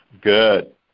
Good